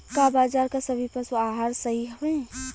का बाजार क सभी पशु आहार सही हवें?